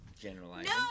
generalizing